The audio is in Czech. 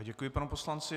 Děkuji panu poslanci.